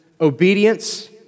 obedience